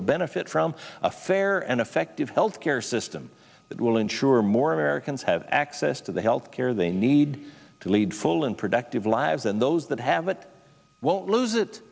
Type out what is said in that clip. will benefit from a fair and effective health care system that will ensure more americans have access to the health care they need to lead full and productive lives and those that have it won't lose it